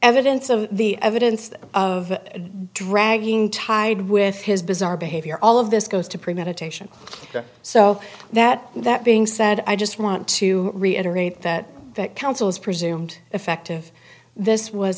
evidence of the evidence of dragging tied with his bizarre behavior all of this goes to premeditation so that that being said i just want to reiterate that counsel is presumed effective this was